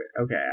okay